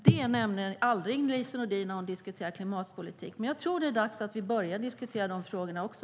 Detta vill Lise Nordin inte nämna när hon diskuterar klimatpolitik, men jag tror att det nu är dags att vi börjar diskutera de frågorna också.